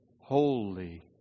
Holy